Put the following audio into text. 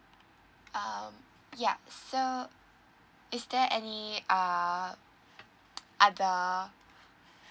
um yup so is there any err other